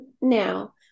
Now